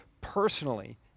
personally